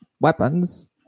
weapons